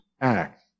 act